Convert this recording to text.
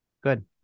Good